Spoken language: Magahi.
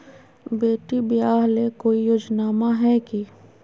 बेटी ब्याह ले कोई योजनमा हय की?